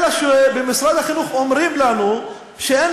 אלא שבמשרד החינוך אומרים לנו שאין